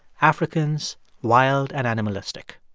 africans wild and animalistic.